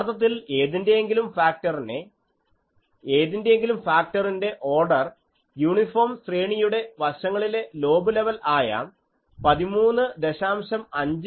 യഥാർത്ഥത്തിൽ ഏതിന്റെയെങ്കിലും ഫാക്ടറിന്റെ ഓർഡർ യൂണിഫോം ശ്രേണിയുടെ വശങ്ങളിലെ ലോബ് ലെവൽ ആയ 13